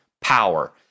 power